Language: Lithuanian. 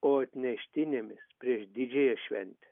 o atneštinėmis prieš didžiąją šventę